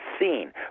seen